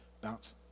bounce